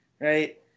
right